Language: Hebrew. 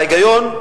ההיגיון,